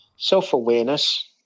Self-awareness